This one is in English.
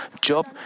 Job